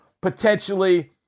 potentially